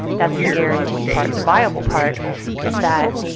that's the guaranteed part. the viable part is that,